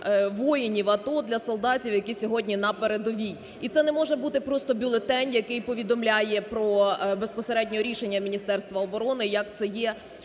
воїнів АТО, для солдатів, які сьогодні на передовій. І це не може бути просто бюлетень, який повідомляє про безпосередньо рішення Міністерства оборони, як це є